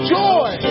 joy